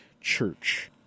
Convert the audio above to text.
Church